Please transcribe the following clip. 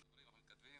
אנחנו מדברים ומתכתבים,